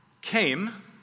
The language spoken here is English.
came